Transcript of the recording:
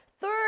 third